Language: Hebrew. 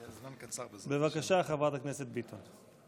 בבקשה, חברת הכנסת ביטון.